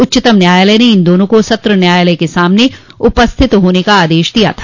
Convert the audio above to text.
उच्चतम न्यायालय ने इन दोनों को सत्र न्यायालय के सामने उपस्थित होने का आदेश दिया था